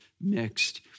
mixed